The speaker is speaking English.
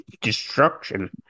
destruction